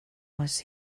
was